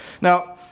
Now